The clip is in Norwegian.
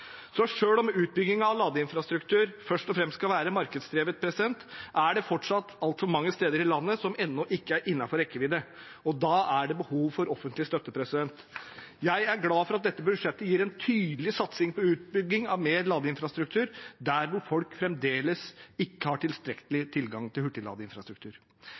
Så selv om utbyggingen av ladeinfrastruktur først og fremst skal være markedsdrevet, er det fortsatt altfor mange steder i landet som ennå ikke er innenfor rekkevidde, og da er det behov for offentlig støtte. Jeg er glad for at dette budsjettet gir en tydelig satsing på utbygging av mer ladeinfrastruktur der hvor folk fremdeles ikke har tilstrekkelig tilgang til hurtigladeinfrastruktur.